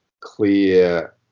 clear